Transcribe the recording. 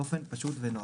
באופן פשוט ונוח.